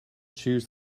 choose